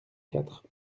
quatre